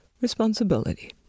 Responsibility